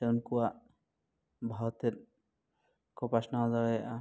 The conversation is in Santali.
ᱥᱮ ᱩᱱᱠᱩᱣᱟᱜ ᱵᱷᱟᱣᱛᱮᱫ ᱠᱚ ᱯᱟᱥᱱᱟᱣ ᱫᱟᱲᱮᱭᱟᱜᱼᱟ